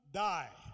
die